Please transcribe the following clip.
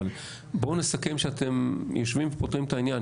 אבל בואו נסכם שאתם יושבים ופותרים את העניין,